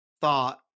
thought